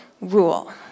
rule